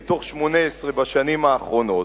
מתוך 18 השנים האחרונות.